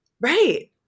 Right